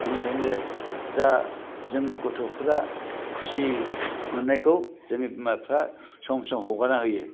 बेनिखायनो दा जोंनि गथ'फोरा खुसि मोननायखौ जोंनि बिमाफ्रा सम सम हगारना होयो